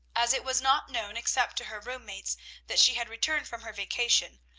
as it was not known except to her room-mates that she had returned from her vacation,